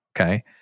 okay